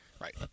Right